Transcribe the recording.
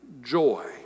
joy